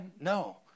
No